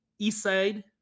Eastside